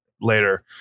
later